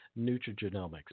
nutrigenomics